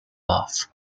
off